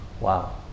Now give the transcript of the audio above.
wow